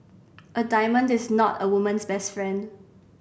a diamond is not a woman's best friend